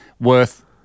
worth